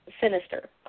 sinister